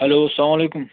hello اسلام علیکُم